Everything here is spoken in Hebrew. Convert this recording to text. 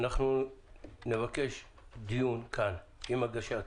אנחנו נבקש דיון כאן עם הגשת